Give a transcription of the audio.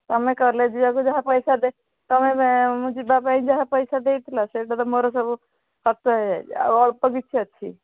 ତୁମେ କଲେଜ ଯିବାକୁ ଯାହା ପଇସା ତୁମେ ମୁଁ ଯିବା ପାଇଁ ଯାହା ପଇସା ଦେଇଥିଲ ସେଇଟା ତ ମୋର ସବୁ ଖର୍ଚ ହେଇଯାଇଛି ଆଉ ଅଳ୍ପ କିଛି ଅଛି